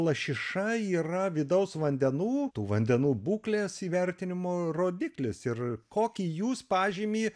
lašiša yra vidaus vandenų tų vandenų būklės įvertinimo rodiklis ir kokį jūs pažymį